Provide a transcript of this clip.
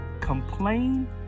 complain